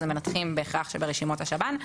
שזה מנתחים בהכרח שברשימות השב"ן.